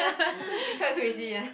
is quite crazy ah